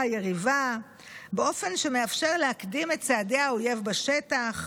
היריבה באופן שמאפשר להקדים את צעדי האויב בשטח,